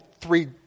three